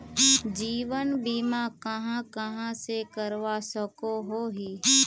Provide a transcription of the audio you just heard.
जीवन बीमा कहाँ कहाँ से करवा सकोहो ही?